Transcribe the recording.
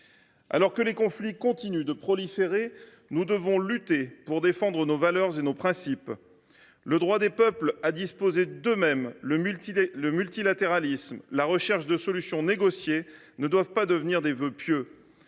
Alors que les conflits continuent de proliférer, nous devons lutter pour défendre nos valeurs et nos principes. Le droit des peuples à disposer d’eux mêmes, le multilatéralisme, la recherche de solutions négociées ne doivent pas devenir des vœux pieux.